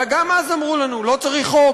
וגם אז אמרו לנו: לא צריך חוק,